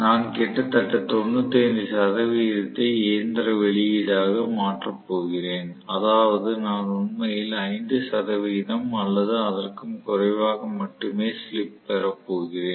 நான் கிட்டத்தட்ட 95 சதவிகிதத்தை இயந்திர வெளியீட்டாக மாற்றப் போகிறேன் அதாவது நான் உண்மையில் 5 சதவிகிதம் அல்லது அதற்கும் குறைவாக மட்டுமே ஸ்லிப் பெற போகிறேன்